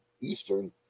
Eastern